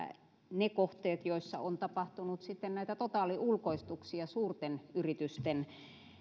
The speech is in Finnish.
ne kohteet joissa on tapahtunut sitten näitä totaaliulkoistuksia suurten yritysten